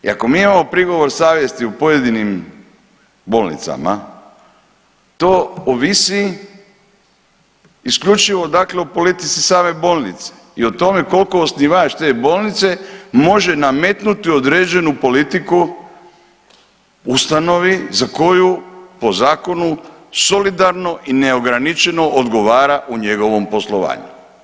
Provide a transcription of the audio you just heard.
I ako mi imamo prigovor savjesti u pojedinim bolnicama to ovisi isključivo dakle o politici same bolnice i o tome koliko osnivač te bolnice može nametnuti određenu politiku ustanovi za koju po zakonu solidarno i neograničeno odgovara u njegovom poslovanju.